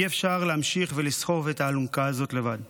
אי-אפשר להמשיך ולסחוב את האלונקה הזאת לבד.